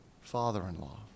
father-in-law